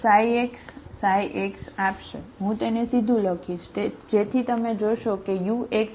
હું તેને સીધું લખીશ જેથી તમે જોશો કે uxx હશે બરાબર